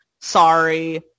sorry